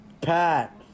Pat